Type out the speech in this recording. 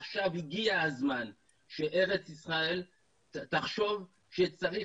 עכשיו הגיע הזמן שארץ ישראל תחשוב שצריך